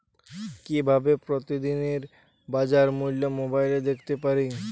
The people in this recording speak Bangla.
কিভাবে প্রতিদিনের বাজার মূল্য মোবাইলে দেখতে পারি?